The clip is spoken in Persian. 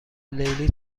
لیلی